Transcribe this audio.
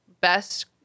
best